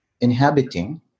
inhabiting